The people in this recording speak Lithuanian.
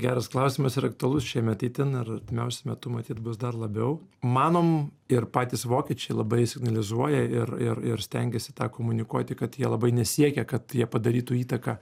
geras klausimas ir aktualus šiemet itin ir artimiausiu metu matyt bus dar labiau manom ir patys vokiečiai labai signalizuoja ir ir ir stengiasi tą komunikuoti kad jie labai nesiekia kad jie padarytų įtaką